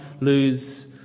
lose